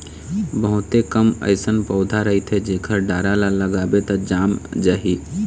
बहुते कम अइसन पउधा रहिथे जेखर डारा ल लगाबे त जाम जाही